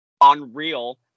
Unreal